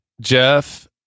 Jeff